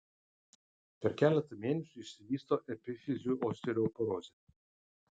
per keletą mėnesių išsivysto epifizių osteoporozė